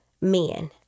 men